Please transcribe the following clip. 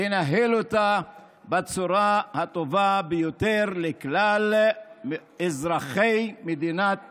לנהל אותה בצורה הטובה ביותר לכלל אזרחי מדינת ישראל.